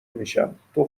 میشم، تو